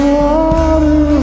water